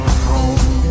home